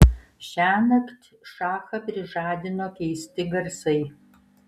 šiąnakt šachą prižadino keisti garsai